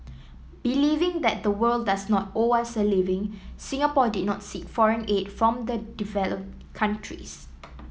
believing that the world does not owe us a living Singapore did not seek foreign aid from the developed countries